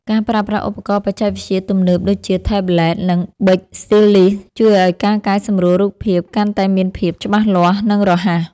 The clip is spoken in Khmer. ការប្រើប្រាស់ឧបករណ៍បច្ចេកវិទ្យាទំនើបៗដូចជា ថេប្លេត និង ប៊ិចស្ទីលឡឺស ជួយឱ្យការកែសម្រួលរូបភាពកាន់តែមានភាពច្បាស់លាស់ និងរហ័ស។